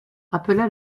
appela